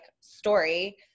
story